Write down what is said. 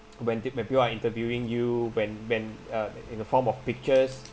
when the~ when people are interviewing you when when uh in the form of pictures